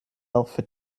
alpha